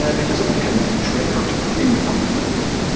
yeah because it will count each record being returned to the report.